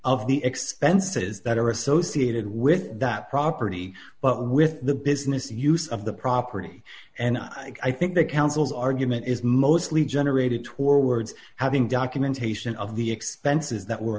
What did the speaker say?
of the expenses that are associated with that property but with the business use of the property and i think the council's argument is mostly generated tore words having documentation of the expenses that were